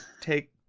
take